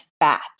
fat